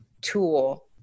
tool